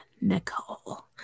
Nicole